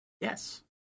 Yes